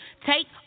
Take